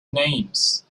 names